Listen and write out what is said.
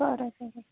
बरं बरं